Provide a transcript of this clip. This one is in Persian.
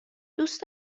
دوست